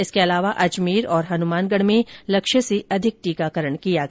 इसके अलावा अजमेर और हनुमानगढ़ में लक्ष्य से अधिक टीकाकरण किया गया